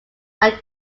are